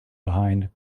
behind